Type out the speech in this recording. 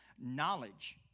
knowledge